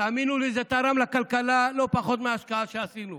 תאמינו לי, זה תרם לכלכלה לא פחות מההשקעה שעשינו,